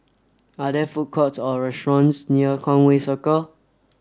are there food courts or restaurants near Conway Circle